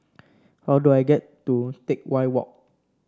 how do I get to Teck Whye Walk